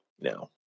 no